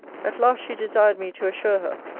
at last she desired me to assure her,